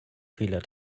fehler